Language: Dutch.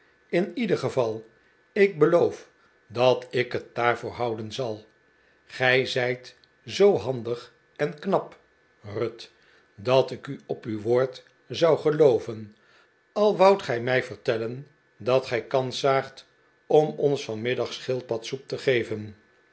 in ieder geval ik beloof dat ik het daarvoor houden zal gij zijt zoo handig en knap ruth dat ik u op uw woord zou gelooven al woudt ge mij vertellen dat gij kans zaagt om ons vanmiddag schildpadsoep te geven